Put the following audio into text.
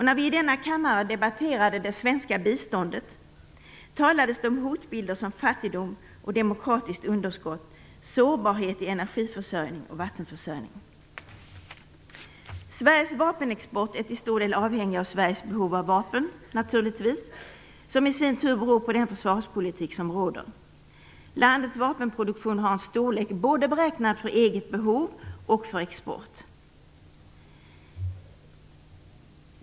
När vi i denna kammare debatterade det svenska biståndet talades det om hotbilder som fattigdom och demokratiskt underskott, sårbarhet i energiförsörjning och vattenförsörjning. Sveriges vapenexport är till stor del avhängig av Sveriges behov av vapen, naturligtvis, som i sin tur beror på den försvarspolitik som förs. Landets vapenproduktion har en storlek både beräknad för eget behov och beräknad för export.